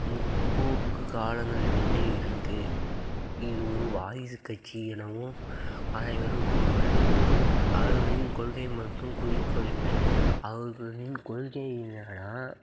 முற்போக்கு காலங்களில் இருந்து இருக்குது இது ஒரு வாரிசு கட்சி எனவும் அனைவரும் கூறுவர் அவரின் கொள்கை மற்றும் குறிக்கோள் என்ன அவர்களின் கொள்கை என்னென்னா